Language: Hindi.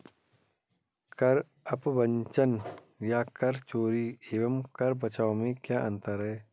कर अपवंचन या कर चोरी एवं कर बचाव में क्या अंतर है?